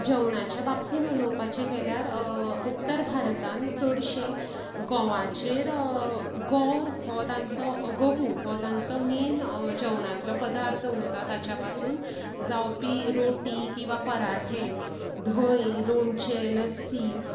जेवणाच्या बाबतींत उलोवपाचे गेल्यार उत्तर भारतात चडशें गंवाचेर गंव हो तांचे गहू हो तांचो मेन जेवणांतलो पदार्थ उरता ताच्या पासून जावपी रोटी किंवां पराटे धंय लोणचे लस्सी